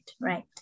right